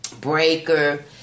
Breaker